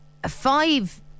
Five